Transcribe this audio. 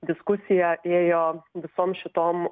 diskusija ėjo visom šitom